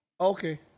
Okay